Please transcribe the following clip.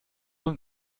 und